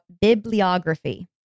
bibliography